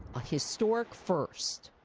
a historic first.